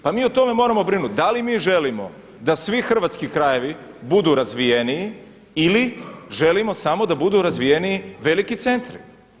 Pa mi o tome moramo brinuti da li mi želimo da svi hrvatski krajevi budu razvijeniji ili želimo samo da budu razvijeniji veliki centri.